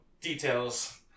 details